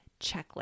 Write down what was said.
checklist